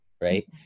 right